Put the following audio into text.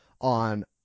on